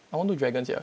I want do dragon sia